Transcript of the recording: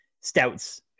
stouts